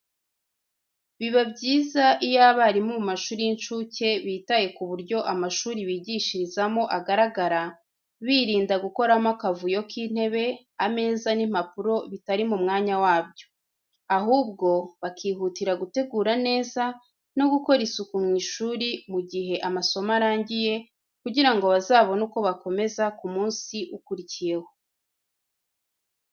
Biba byiza iyo abarimu mu mashuri y’incuke bitaye ku buryo amashuri bigishirizamo agaragara, birinda gukoramo akavuyo k’intebe, ameza n’impapuro bitari mu mwanya wabyo. Ahubwo, bakihutira gutegura neza no gukora isuku mu ishuri mu gihe amasomo arangiye, kugira ngo bazabone uko bakomeza ku munsi ukurikiyeho.